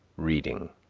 reading